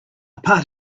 part